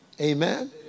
Amen